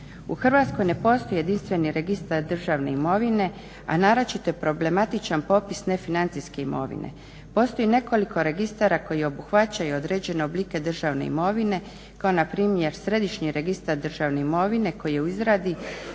U Hrvatskoj ne postoji jedinstveni Registar državne imovine a naročito je problematičan popis nefinancijske imovine. Postoji nekoliko registara koji obuhvaćaju određene oblike državne imovine kao npr. Središnji registar državne imovine koji je u izradi,